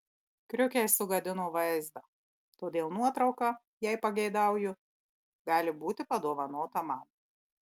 kriukiai sugadino vaizdą todėl nuotrauka jei pageidauju gali būti padovanota man